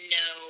no